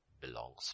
belongs